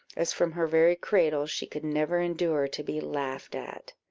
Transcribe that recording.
as from her very cradle she could never endure to be laughed at.